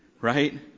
Right